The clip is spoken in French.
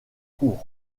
cour